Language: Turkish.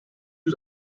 yüz